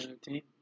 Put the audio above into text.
team